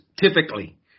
typically